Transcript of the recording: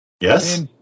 Yes